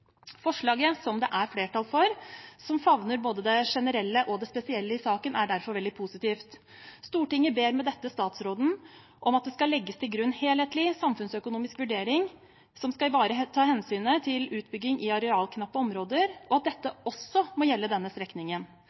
Forslaget til vedtak, som det er flertall for, som favner både det generelle og det spesielle i saken, er derfor veldig positivt. Stortinget ber med dette statsråden om at det skal legges til grunn en helhetlig samfunnsøkonomisk vurdering som skal ivareta hensynet til utbygging i arealknappe områder, og at dette også må gjelde denne strekningen.